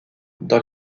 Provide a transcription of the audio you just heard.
dans